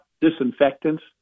disinfectants